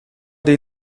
die